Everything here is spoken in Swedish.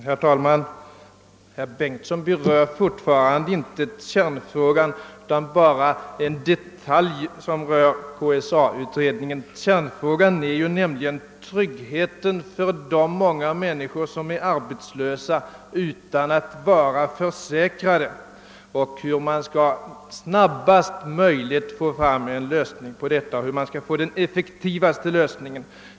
Herr talman! Herr Bengtsson i Varberg har inte berört kärnfrågan utan bara en detalj som gäller KSA-utredningen och folkpartiutredningen. Kärnfrågan är tryggheten för de många människor som är arbetslösa utan att vara försäkrade och problemet att snarast möjligt få till stånd en effektiv lösning för dessa.